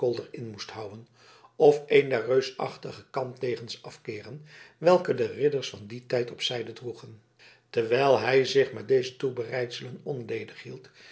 in moest houwen of een der reusachtige kampdegens afkeeren welke de ridders van dien tijd op zijde droegen terwijl hij zich met deze toebereidselen onledig hield